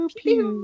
pew